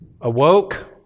awoke